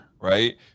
right